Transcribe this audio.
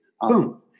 Boom